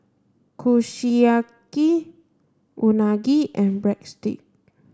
Kushiyaki Unagi and Breadsticks